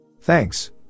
Thanks